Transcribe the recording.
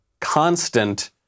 constant